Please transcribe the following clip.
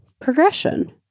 progression